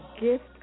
gift